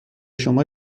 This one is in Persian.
شما